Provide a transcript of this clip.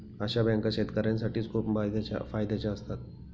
अशा बँका शेतकऱ्यांसाठी खूप फायद्याच्या असतात